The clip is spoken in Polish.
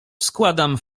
składam